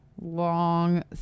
long